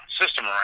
system